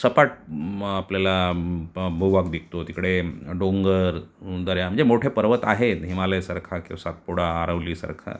सपाट मग आपल्याला भूभाग दिसतो तिकडे डोंगर दऱ्या म्हणजे मोठे पर्वत आहेत हिमालयासारखा किंवा सातपुडा आरवलीसारखा